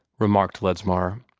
remarked ledsmar.